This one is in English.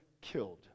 killed